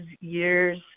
years